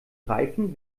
reifen